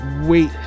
wait